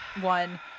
one